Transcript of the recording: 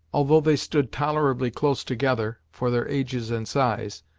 although they stood tolerably close together, for their ages and size,